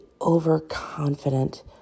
overconfident